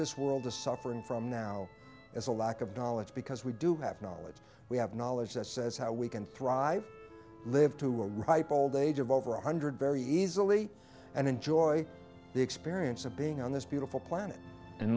this world is suffering from now as a lack of knowledge because we do have knowledge we have knowledge that says how we can thrive live to a ripe old age of over one hundred very easily and enjoy the experience of being on this beautiful planet and